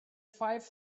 five